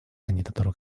кандидатуру